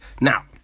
now